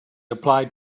applied